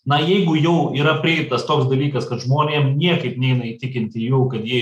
na jeigu jau yra priimtas toks dalykas kad žmonėm niekaip neina įtikinti jau kad jie